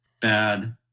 Bad